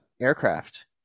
aircraft